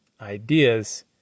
ideas